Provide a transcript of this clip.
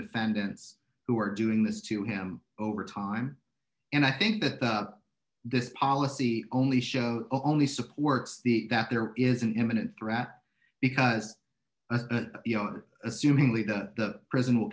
defendants who are doing this to him over time and i think that this policy only shows only supports the that there is an imminent threat because you know assumingly that the prison will